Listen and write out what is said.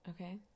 okay